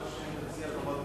מה שתציע חברת